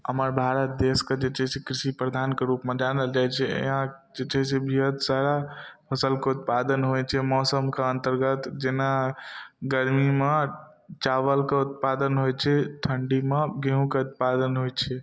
हमर भारत देशके जे छै से कृषि प्रधानके रूपमे जानल जाइ छै ईहाँ जे छै से बहुत सारा फसलके उत्पादन होइ छै मौसमके अन्तर्गत जेना गर्मीमे चावलके उत्पादन होइ छै ठण्डमे गेहूँके उत्पादन होइ छै